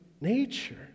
nature